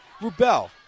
Rubel